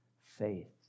faith